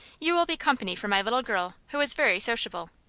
you will be company for my little girl, who is very sociable.